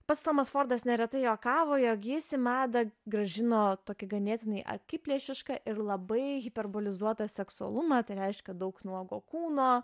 pats tomas fordas neretai juokavo jog jis į madą grąžino tokį ganėtinai akiplėšišką ir labai hiperbolizuotą seksualumą tai reiškia daug nuogo kūno